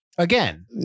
Again